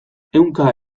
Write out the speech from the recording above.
ehunka